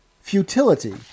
Futility